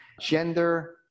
gender